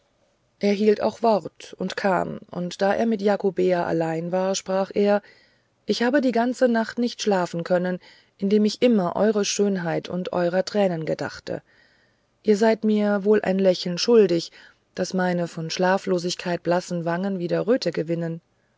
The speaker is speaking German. er hielt auch wort und kam und da er mit jakobea allein war sprach er ich habe die ganze nacht nicht schlafen können indem ich immer eurer schönheit und eurer tränen gedachte ihr seid mir wohl ein lächeln schuldig daß meine von schlaflosigkeit blassen wangen wieder röte gewinnen